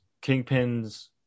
Kingpin's